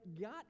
got